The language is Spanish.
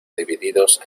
divididos